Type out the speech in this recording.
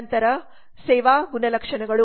ನಂತರ ಸೇವಾ ಗುಣಲಕ್ಷಣಗಳು